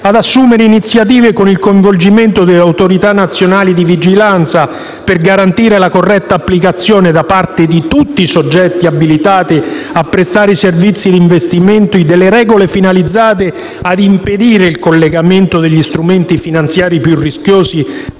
ad assumere iniziative, con il coinvolgimento delle autorità nazionali di vigilanza, per garantire la corretta applicazione, da parte di tutti i soggetti abilitati a prestare servizi di investimento, delle regole finalizzate ad impedire il collocamento degli strumenti finanziari più rischiosi